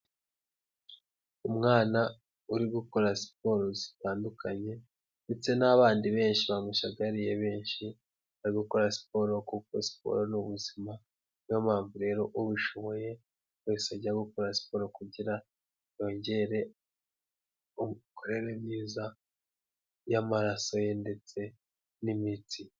Umwana uri gukora siporo zitandukanye ndetse n'abandi benshi bamishagariye benshi, bari gukora siporo kuko siporo ni ubuzima, ni yo mapamvu rero ubishoboye wese ajya gukora siporo kugira yongere imikorere myiza y'amaraso ye ndetse n'imitsi.